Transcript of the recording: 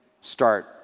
start